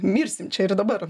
mirsim čia ir dabar